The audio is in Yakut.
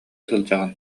сылдьаҕын